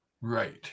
Right